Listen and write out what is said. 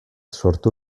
sortu